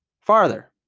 Farther